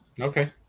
Okay